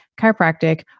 chiropractic